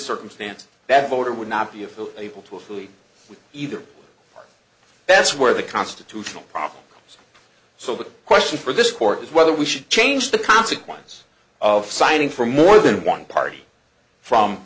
circumstance that voter would not be a feel able to affiliate with either that's where the constitutional process is so the question for this court is whether we should change the consequence of signing for more than one party from